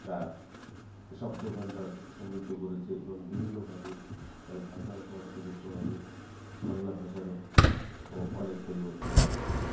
তার শব্দভান্ডার সমৃদ্ধ করেছে এবং বিভিন্নভাবে তার ভাষা ও সংস্কৃতির প্রভাবে বাংলা ভাষারও অনেক পরিবর্তন ঘটেছে